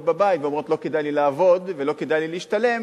בבית ואומרות: לא כדאי לי לעבוד ולא כדאי לי להשתלם,